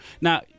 now